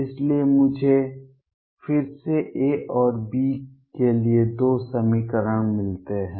इसलिए मुझे फिर से A और B के लिए दो समीकरण मिलते हैं